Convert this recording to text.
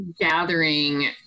gathering